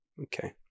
Okay